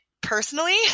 personally